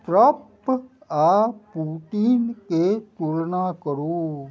prop आओर प्रोटीनके तुलना करू